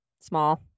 small